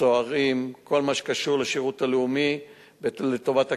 סוהרים, כל מה שקשור לשירות הלאומי לטובת הקהילה.